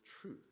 truth